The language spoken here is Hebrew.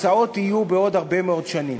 התוצאות יהיו בעוד הרבה מאוד שנים.